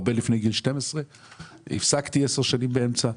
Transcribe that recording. הרבה לפני גיל 12. הפסקתי 10 שנים באמצע.